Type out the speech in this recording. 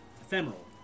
ephemeral